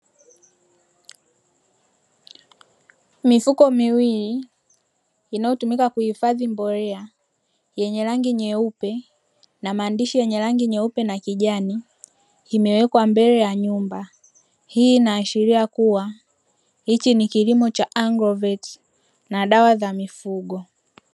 Mifuko miwili inayotumika kuhifadhi mbolea, yenye rangi nyeupe na maandishi yenye rangi nyeupe na kijani imewekwa mbele ya nyumba. Hii inaashiria kuwa hiki ni kilimo cha agroveti na dawa za mifugo.